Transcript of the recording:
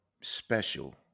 special